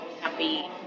happy